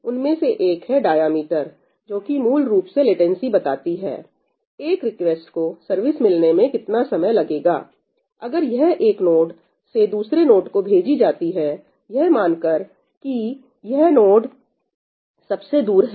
उनमें से एक है डायमीटर जोकि मूल रूप से लेटेंसी बताती है एक रिक्वेस्ट को सर्विस मिलने में कितना समय लगेगा अगर यह एक नोड से दूसरे ने नोड को भेजी जाती है यह मानकर की है यह नोड सबसे दूर है